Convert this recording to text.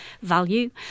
value